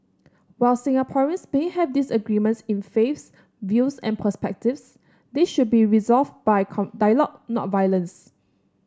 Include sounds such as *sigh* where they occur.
while Singaporeans may have disagreements in faiths views and perspectives they should be resolved by *unintelligible* dialogue not violence